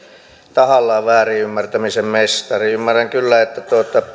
tahallaanväärinymmärtämisen mestari ymmärrän kyllä että